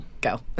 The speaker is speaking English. go